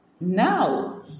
now